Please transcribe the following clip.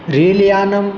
रेल्यानं